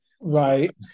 Right